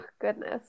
Goodness